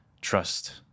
trust